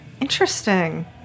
interesting